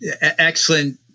Excellent